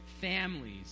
families